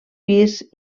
pis